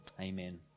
Amen